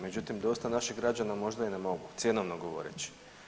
Međutim, dosta naših građana možda i ne mogu cjenovno govoreći.